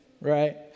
right